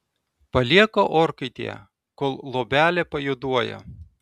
palieka orkaitėje kol luobelė pajuoduoja